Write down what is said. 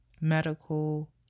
medical